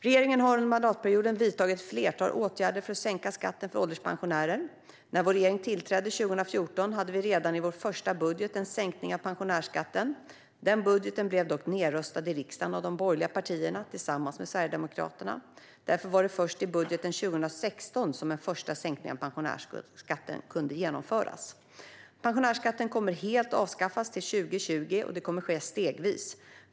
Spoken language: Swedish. Regeringen har under mandatperioden vidtagit ett flertal åtgärder för att sänka skatten för ålderspensionärer. När vår regering tillträdde 2014 hade vi redan i vår första budget en sänkning av pensionärsskatten. Den budgeten blev dock nedröstad i riksdagen av de borgerliga partierna tillsammans med Sverigedemokraterna. Därför var det först i budgeten för 2016 som en första sänkning av pensionärsskatten kunde genomföras. Pensionärsskatten kommer att avskaffas helt till 2020, och det kommer att ske stegvis.